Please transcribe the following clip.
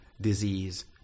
disease